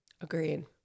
Agreed